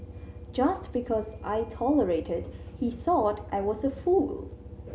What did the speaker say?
just because I tolerated he thought I was a fool